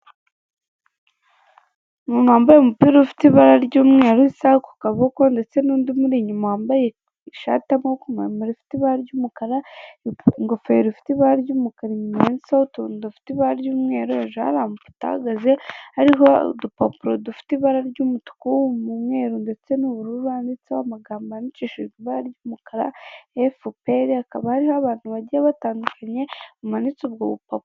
Umuntu wambaye umupira ufite ibara ry'umweru, isaha ku kaboko, ndetse n'undi umuri inyuma, wambaye ishati y'amaboko maremare, ifite ibara ry'umukara, ingofero ifite ibara ry'umukara, inyuma yanditseho utu dufite ibara ry'umweru, hejuru hari amafoto ahagaze, ariho udupapuro dufite ibara ry'umutuku, umweru, ndetse n'ubururu, handitseho amagambo yandikiishije ibara ry'umukara FPR, hakaba hariho abantu bagiye batandukanye, bamanitse ubwo bupapuro.